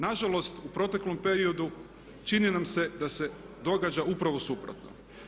Nažalost u proteklom periodu čini nam se da se događa upravo suprotno.